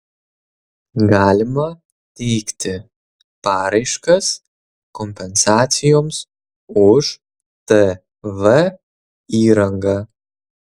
galima teikti paraiškas kompensacijoms už tv įrangą